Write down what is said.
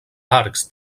arcs